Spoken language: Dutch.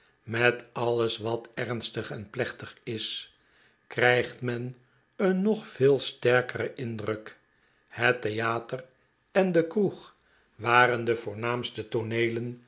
met alles wat ernstig en plechtig is krijgt men een nog veel sterkeren indruk het theater en de kroeg waren de voornaamste tooneelen